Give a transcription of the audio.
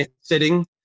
sitting